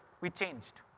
we changed.